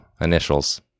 initials